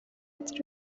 its